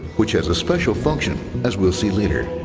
which has a special function, as we'll see later.